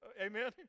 Amen